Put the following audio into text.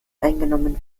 eingenommen